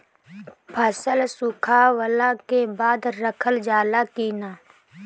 फसल के सुखावला के बाद रखल जाला कि न?